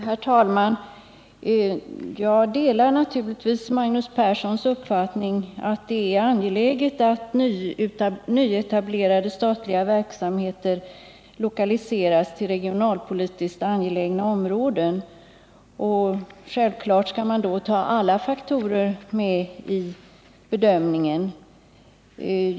Herr talman! Jag delar naturligtvis Magnus Perssons uppfattning att det är viktigt att nyetablerade statliga verksamheter lokaliseras till regionalpolitiskt angelägna områden. Självfallet skall man då ta med alla faktorer i bedömningen.